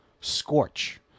Scorch